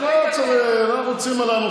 אחד זה זאב אלקין ואחד זה יריב לוין.